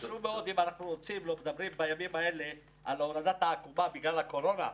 אם אנחנו מדברים בימים האלה על הורדת העקומה בגלל הקורונה,